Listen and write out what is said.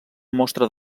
mostres